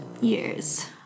years